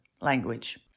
language